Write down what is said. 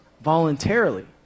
voluntarily